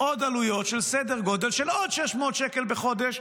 עוד עלויות של סדר גודל של עוד 600 שקל בחודש,